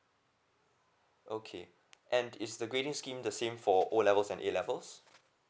okay and is the grading scheme the same for O levels and A levels